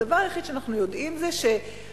הדבר היחיד שאנחנו יודעים זה שהקבלנים,